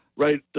right